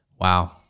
Wow